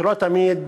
שלא תמיד